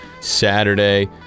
saturday